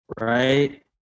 right